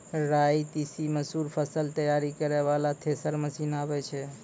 राई तीसी मसूर फसल तैयारी करै वाला थेसर मसीन आबै छै?